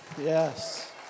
Yes